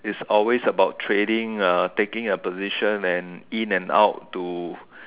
it's always trading taking your position and in and out to